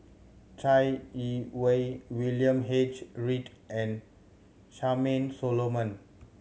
Chai Yee Wei William H Read and Charmaine Solomon